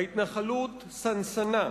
ההתנחלות סנסנה,